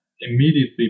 immediately